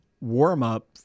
warm-up